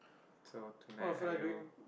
so tonight are you